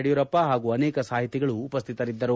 ಯಡಿಯೂರಪ್ಪ ಹಾಗೂ ಅನೇಕ ಸಾಹಿತಿಗಳು ಉಪಸ್ನಿತರಿದ್ದರು